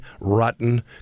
rotten